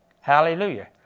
Hallelujah